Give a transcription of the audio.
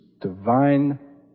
divine